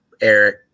eric